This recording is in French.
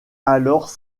alors